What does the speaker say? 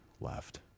left